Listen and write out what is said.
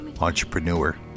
Entrepreneur